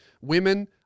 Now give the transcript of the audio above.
women